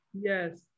Yes